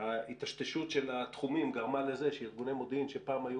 טשטוש של התחומים שגרם לזה שארגוני מודיעין שפעם היו